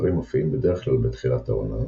הזכרים מופיעים בדרך כלל בתחילת העונה,